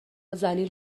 ذلیل